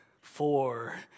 four